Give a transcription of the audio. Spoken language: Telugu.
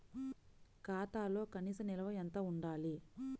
ఖాతాలో కనీస నిల్వ ఎంత ఉండాలి?